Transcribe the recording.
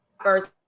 first